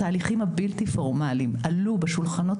התהליכים הבלתי פורמליים עלו בשולחנות